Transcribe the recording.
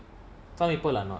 some people are not